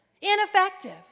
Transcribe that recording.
Ineffective